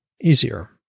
easier